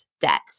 debt